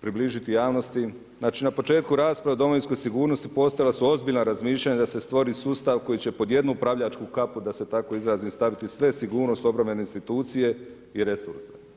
približiti javnosti, znači na početku rasprave o domovinskoj sigurnosti, postojala su ozbiljna razmišljanja da se stvori sustav koji će pod jednu upravljačku kapu da se tako izrazim, staviti sve sigurnosti obrambene institucije i resursa.